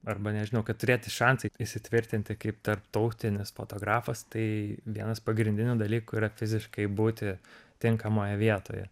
arba nežinau kad turėti šansą įsitvirtinti kaip tarptautinis fotografas tai vienas pagrindinių dalykų yra fiziškai būti tinkamoje vietoje